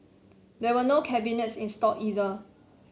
there were no cabinets installed either